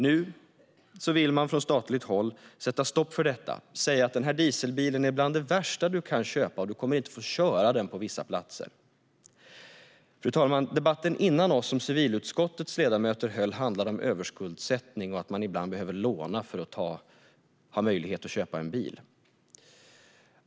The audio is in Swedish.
Nu vill man från statligt håll sätta stopp för detta och säga att dieselbilen är bland det värsta du kan köpa, och du kommer inte att få köra den på vissa platser. Fru talman! Den debatt som civilutskottets ledamöter höll före vår debatt handlade om överskuldsättning och att man ibland behöver låna för att ha möjlighet att köpa en bil.